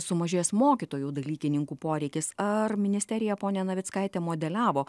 sumažės mokytojų dalykininkų poreikis ar ministerija ponia navickaite modeliavo